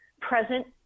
present